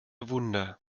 wunder